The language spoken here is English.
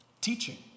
Teaching